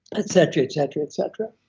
etc, etc, etc.